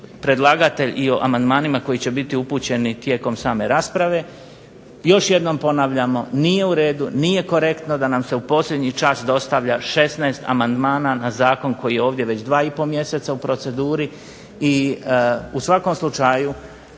predlagatelj i o amandmani koji će biti upućeni tijekom same rasprave. Još jednom ponavljamo nije u redu, nije korektno da nam se u posljednji čas dostavlja 16 amandmana na zakon koji je ovdje već 2,5 mjeseca u proceduri i u svakom slučaju